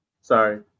Sorry